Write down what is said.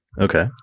Okay